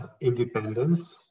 independence